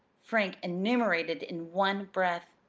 frank enumerated in one breath.